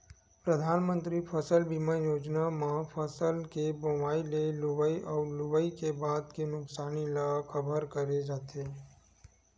परधानमंतरी फसल बीमा योजना म फसल के बोवई ले लुवई अउ लुवई के बाद के नुकसानी ल कभर करे जाथे